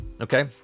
okay